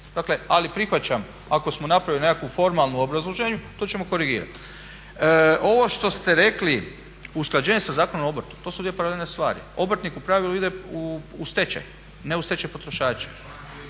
Dakle, ali prihvaćam ako smo napravili nekakvu formalnu u obrazloženju to ćemo korigirati. Ovo što ste rekli usklađenje sa Zakonom o obrtu, to su dvije stvari. Obrtnik u pravilu ide u stečaj, ne u stečaj potrošača.